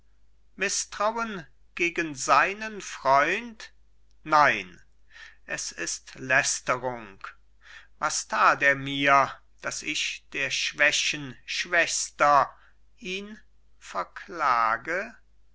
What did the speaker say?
mißtrauen gegen seinen freund nein es ist lästerung was tat er mir daß ich der schwächen schwächster ihn verklage